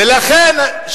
ולכן,